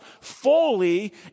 fully